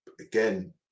again